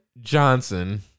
Johnson